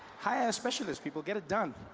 hire a specialist people, get it done.